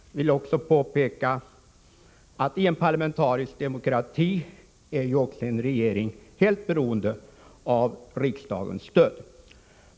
Jag vill också påpeka att i en parlamentarisk demokrati är regeringen helt beroende av riksdagens stöd.